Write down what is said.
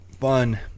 fun